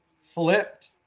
flipped